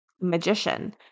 magician